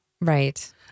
Right